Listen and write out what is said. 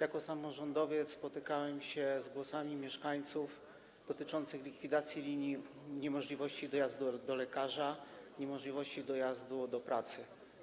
Jako samorządowiec spotykałem się z głosami mieszkańców dotyczącymi likwidacji linii i tym samym niemożliwości dojazdu do lekarza, niemożliwości dojazdu do pracy,